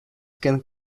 can